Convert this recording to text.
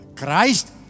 Christ